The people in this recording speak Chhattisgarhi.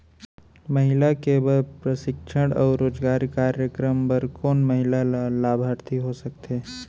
महिला के बर प्रशिक्षण अऊ रोजगार कार्यक्रम बर कोन महिला ह लाभार्थी हो सकथे?